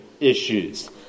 issues